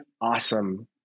awesome